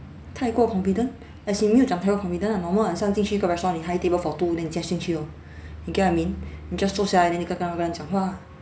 太过 confident as in 你又讲他要 confident 啊我们好像进去一个 restaurant 你 hi table for two then 你 just 进去哦 you get what I mean 你 just 坐下来 then 你跟那个人讲话啊